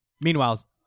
Meanwhile